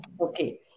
Okay